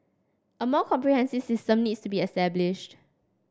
a more comprehensive system needs to be established